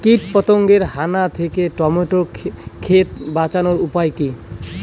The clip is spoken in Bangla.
কীটপতঙ্গের হানা থেকে টমেটো ক্ষেত বাঁচানোর উপায় কি?